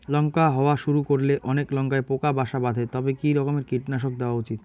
লঙ্কা হওয়া শুরু করলে অনেক লঙ্কায় পোকা বাসা বাঁধে তবে কি রকমের কীটনাশক দেওয়া উচিৎ?